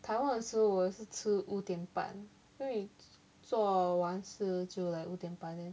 taiwan 的时候我也是吃五点半因为做完事就 like 五点半 then